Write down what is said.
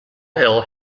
ill